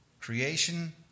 Creation